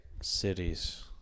Cities